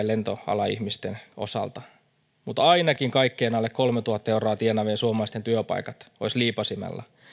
lentoalan ihmisten osalta ilmi mutta ainakin kaikkien alle kolmetuhatta euroa tienaavien suomalaisten työpaikat olisivat liipaisimella